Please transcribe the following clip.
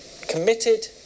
committed